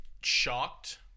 shocked